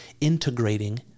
integrating